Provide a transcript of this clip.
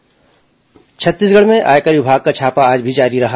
आयकर छापा छत्तीसगढ़ में आयकर विभाग का छापा आज भी जारी रहा